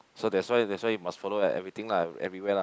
so that's why that's why you must follow eh everything lah everywhere lah